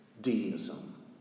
deism